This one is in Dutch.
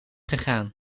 gegaan